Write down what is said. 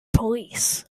police